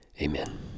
Amen